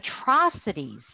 atrocities